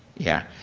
yeah.